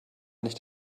nicht